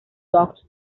doctor